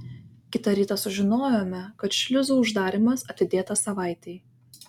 kitą rytą sužinojome kad šliuzų uždarymas atidėtas savaitei